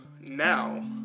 now